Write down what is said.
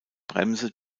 bremse